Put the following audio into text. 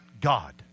God